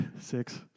six